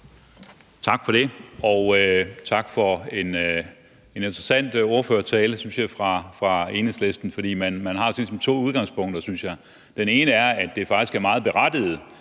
Tak for det. Og tak for en interessant ordførertale, synes jeg, fra Enhedslistens side. Man har ligesom to udgangspunkter, synes jeg, og det ene er, at det faktisk er meget berettiget,